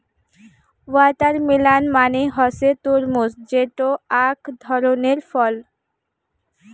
watermelon মানে হসে তরমুজ যেটো আক ধরণের ফল